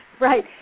right